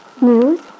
News